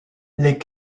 les